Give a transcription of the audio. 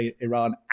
Iran